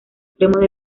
extremos